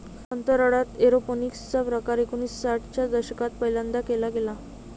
अंतराळात एरोपोनिक्स चा प्रकार एकोणिसाठ च्या दशकात पहिल्यांदा केला गेला